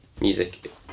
music